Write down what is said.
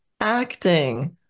acting